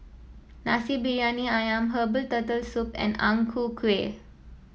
Nasi Briyani ayam Herbal Turtle Soup and Ang Ku Kueh